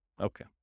Okay